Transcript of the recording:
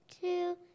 two